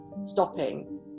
stopping